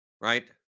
right